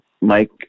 Mike